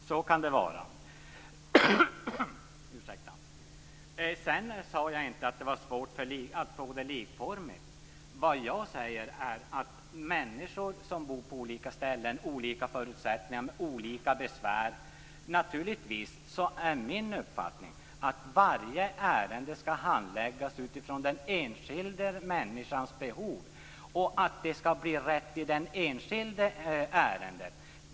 Sedan sade jag inte att det var svårt att få det likformigt. Vad jag säger är att människor som bor på olika ställen kan ha olika förutsättningar och besvär. Naturligtvis är min uppfattning att varje ärende skall handläggas utifrån den enskilda människans behov och att det enskilda ärendet skall behandlas riktigt.